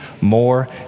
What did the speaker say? more